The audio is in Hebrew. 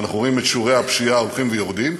ואנחנו רואים את שיעורי הפשיעה הולכים ויורדים,